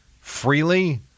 freely